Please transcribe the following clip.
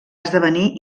esdevenir